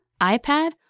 iPad